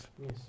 Yes